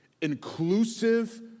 inclusive